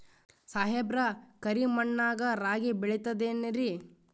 ಸಾಹೇಬ್ರ, ಕರಿ ಮಣ್ ನಾಗ ರಾಗಿ ಬೆಳಿತದೇನ್ರಿ?